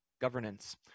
governance